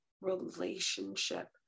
relationship